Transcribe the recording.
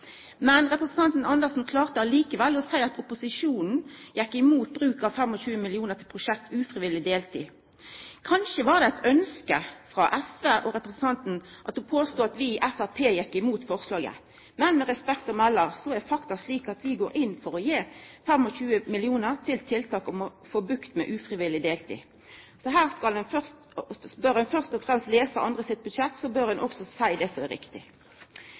Men eg har lyst til å koma litt tilbake til det Karin Andersen frå SV sa tidlegare. Det er jo ikkje ofte i denne salen at SV og Framstegspartiet er einige om noko. Representanten Andersen klarte likevel å seia at opposisjonen gjekk imot bruk av 25 mill. kr til prosjekt ufrivillig deltid. Kanskje var det eit ønske frå SV og representanten som kom til uttrykk då ho påstod at vi i Framstegspartiet gjekk mot forslaget. Men, med respekt å melda, er det faktisk slik at vi går inn for å gje 25 mill. kr til tiltak